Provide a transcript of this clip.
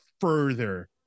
further